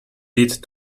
lead